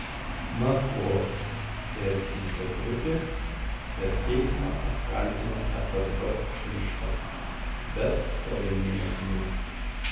maskvos helsinkio grupė per teismą apkaltino fsb šmeižtu bet pralaimėjo bylą